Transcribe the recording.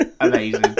Amazing